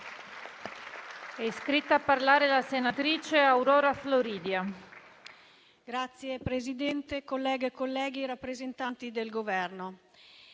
Signor Presidente, colleghe e colleghi, rappresentanti del Governo,